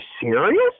serious